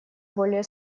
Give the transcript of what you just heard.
более